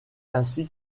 ainsi